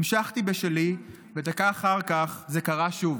המשכתי בשלי, ודקה אחרי זה זה קרה שוב.